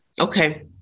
okay